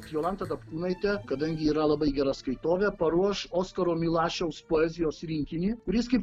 jolanta dapkūnaitė kadangi yra labai gera skaitovė paruoš oskaro milašiaus poezijos rinkinį kuris kaip